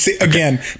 Again